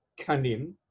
kanim